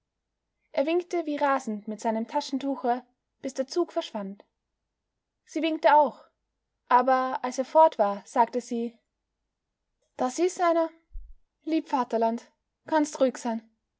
er winkte wie rasend mit seinem taschentuche bis der zug verschwand sie winkte auch aber als er fort war sagte sie das is einer lieb vaterland kannst ruhig sein